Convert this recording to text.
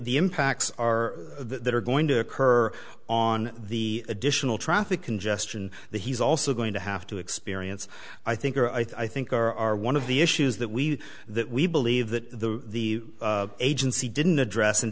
the impacts are that are going to occur on the additional traffic congestion that he's also going to have to experience i think or i think are one of the issues that we that we believe that the the agency didn't address and